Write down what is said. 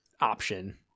option